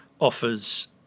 offers